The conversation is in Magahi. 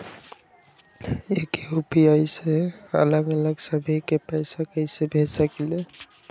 एक यू.पी.आई से अलग अलग सभी के पैसा कईसे भेज सकीले?